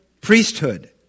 priesthood